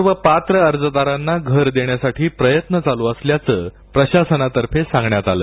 सर्व पात्र अर्जदारांना घर देण्याचे आमचे प्रयत्न चालू असल्याचं प्रशासनातर्फे सांगण्यात आलं